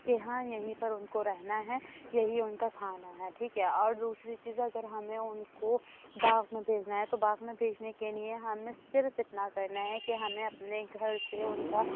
كہ ہاں یہیں پر اُن كو رہنا ہے یہی اُن كا كھانا ہے ٹھیک ہے اور دوسری چیز اگر ہمیں اُن كو باغ میں بھیجنا ہے تو باغ میں بھیجنے کے لیے ہمیں صرف اتنا کرنا ہے كہ ہمیں اپنے گھر سے اُن كا